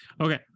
Okay